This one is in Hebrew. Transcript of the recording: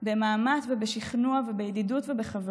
פעם לא מסתיימת במפתן הדלת של הבית שלו.